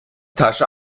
tasche